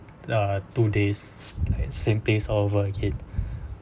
uh two days same place all over again